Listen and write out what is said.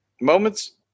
moments